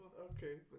Okay